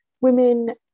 women